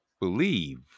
believe